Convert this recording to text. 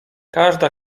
każda